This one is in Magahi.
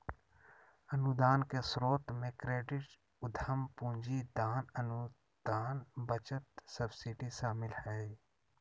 अनुदान के स्रोत मे क्रेडिट, उधम पूंजी, दान, अनुदान, बचत, सब्सिडी शामिल हय